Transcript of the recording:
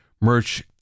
merch